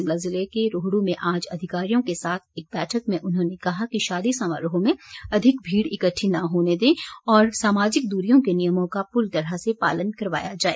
शिमला ज़िले के रोहडू में आज अधिकारियों के साथ एक बैठक में उन्होंने कहा कि शादी समारोह में अधिक भीड़ इक्टठी न होने दे और सामाजिक दूरी के नियमों का पूरी तरह से पालन करवाया जाए